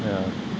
yeah